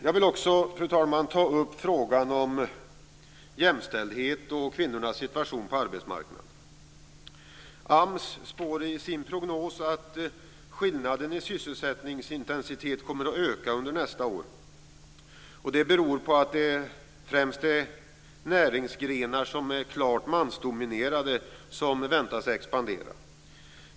Jag vill också ta upp frågan om jämställdhet och kvinnornas situation på arbetsmarknaden. AMS spår i sin prognos att skillnaden i sysselsättningsintensitet kommer att öka under nästa år. Det beror på att det främst är näringsgrenar som är klart mansdominerade som väntas expandera.